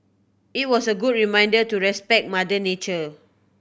it was a good reminder to respect mother nature